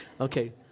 Okay